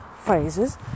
phrases